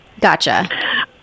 Gotcha